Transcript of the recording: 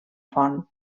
font